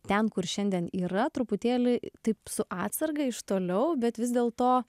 ten kur šiandien yra truputėlį taip su atsarga iš toliau bet vis dėlto